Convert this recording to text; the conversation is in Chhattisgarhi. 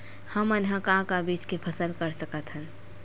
हमन ह का का बीज के फसल कर सकत हन?